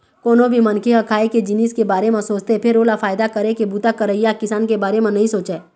कोनो भी मनखे ह खाए के जिनिस के बारे म सोचथे फेर ओला फायदा करे के बूता करइया किसान के बारे म नइ सोचय